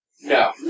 No